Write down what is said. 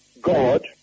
God